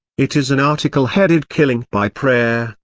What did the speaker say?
it is an article headed killing by prayer,